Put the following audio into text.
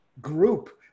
group